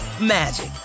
magic